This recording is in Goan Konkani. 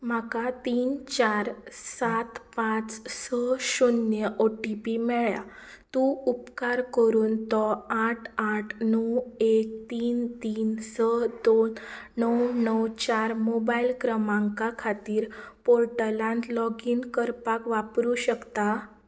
म्हाका तीन चार सात पांच स शुन्य ओ टी पी मेळ्या तूं उपकार करून तो आठ आठ णव एक तीन तीन स दोन णव णव चार मोबायल क्रमांका खातीर पोर्टलांत लॉगीन करपाक वापरूं शकता